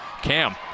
Cam